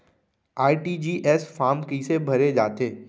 RTGS form कइसे भरे जाथे?